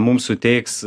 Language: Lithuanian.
mums suteiks